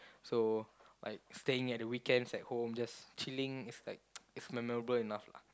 so like staying at the weekends at home just chilling is like is memorable enough lah